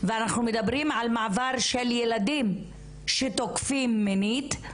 ואנחנו מדברים על מעבר של ילדים שתוקפים מינית,